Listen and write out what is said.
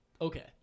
Okay